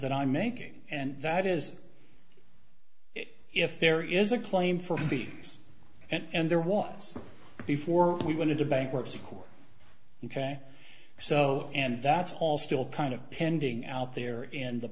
that i'm making and that is if there is a claim for b s and there was before we went into bankruptcy court you care so and that's all still kind of pending out there in the